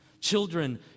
children